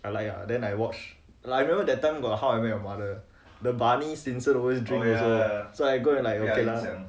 I like ah then I watch lah I remember that time got how I met your mother the barney stinson always drink also so I go and like ok lah